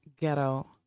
ghetto